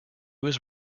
was